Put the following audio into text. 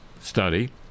study